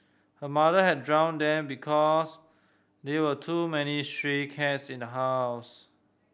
her mother had drowned them because there were too many stray cats in the house